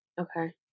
Okay